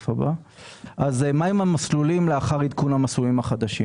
מהם המסלולים לאחר עדכון המסלולים החדשים?